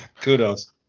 kudos